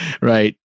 Right